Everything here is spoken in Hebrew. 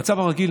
במצב הרגיל,